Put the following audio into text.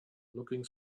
looking